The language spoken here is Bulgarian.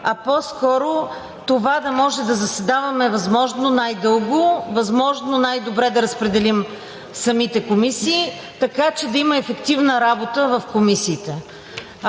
а по-скоро това да може да заседаваме възможно най-дълго, възможно най-добре да разпределим самите комисии, така че да има ефективна работа в тях. Ние